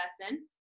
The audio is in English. person